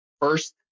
first